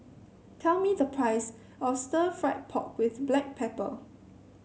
tell me the price of Stir Fried Pork with Black Pepper